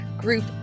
group